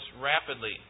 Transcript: rapidly